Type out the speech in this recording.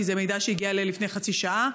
כי זה מידע שהגיע אליי לפני חצי שעה,